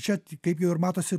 čia ti kaip jau ir matosi